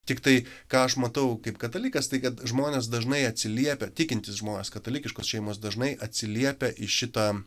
tiktai ką aš matau kaip katalikas tai kad žmonės dažnai atsiliepia tikintys žmonės katalikiškos šeimos dažnai atsiliepia į šitą